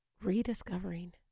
rediscovering